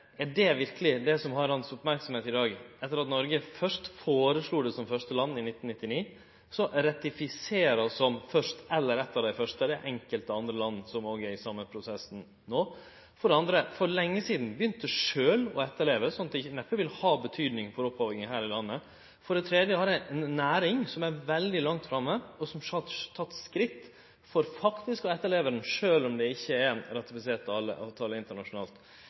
om det verkeleg er det som har hans merksemd i dag, etter at Noreg for det første foreslo det som første land i 1999 og så ratifiserer som det første landet – eller som eitt av dei første landa, det er enkelte andre land som er i den same prosessen no – for det andre for lenge sidan sjølv begynte å etterleve, slik at det neppe vil ha betydning for opphogging her i landet, og for det tredje har ei næring som er veldig langt framme, og som har teke skritt for faktisk å etterleve avtalen, sjølv om det ikkje er ein ratifisert avtale internasjonalt.